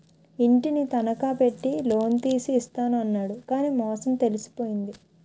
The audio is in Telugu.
ఇంటిని తనఖా పెట్టి లోన్ తీసి ఇస్తాను అన్నాడు కానీ మోసం తెలిసిపోయింది